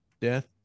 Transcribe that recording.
death